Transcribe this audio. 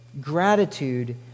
gratitude